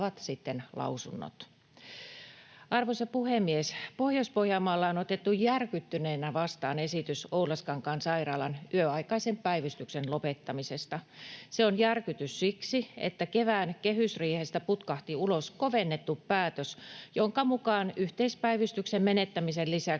Arvoisa puhemies! Pohjois-Pohjanmaalla on otettu järkyttyneinä vastaan esitys Oulaskankaan sairaalan yöaikaisen päivystyksen lopettamisesta. Se on järkytys siksi, että kevään kehysriihestä putkahti ulos kovennettu päätös, jonka mukaan yhteispäivystyksen menettämisen lisäksi